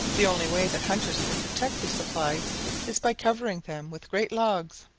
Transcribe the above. the only way that hunters can protect their supplies is by covering them with great logs.